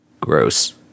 Gross